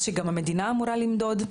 שגם המדינה אמורה למדוד.